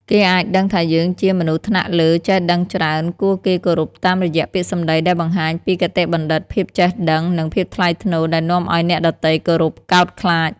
គេអាចដឹងថាយើងជា មនុស្សថ្នាក់លើចេះដឹងច្រើន គួរគេគោរព តាមរយះពាក្យសម្ដីដែលបង្ហាញពីគតិបណ្ឌិត ភាពចេះដឹង និងភាពថ្លៃថ្នូរ ដែលនាំឱ្យអ្នកដទៃគោរពកោតខ្លាច។